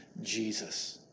Jesus